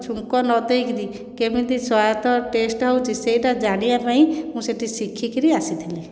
ଛୁଙ୍କ ନ ଦେଇକରି କେମିତି ସୁଆଦ ଆଉ ଟେଷ୍ଟ ହେଉଛି ସେଇଟା ଜାଣିବା ପାଇଁ ମୁଁ ସେଇଠି ଶିଖିକରି ଆସିଥିଲି